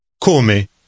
Come